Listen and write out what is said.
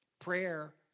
prayer